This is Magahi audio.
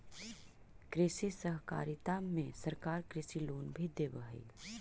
कृषि सहकारिता में सरकार कृषि लोन भी देब हई